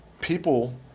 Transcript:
people